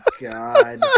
God